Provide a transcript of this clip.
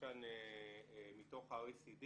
בתוך ה-OECD